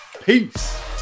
peace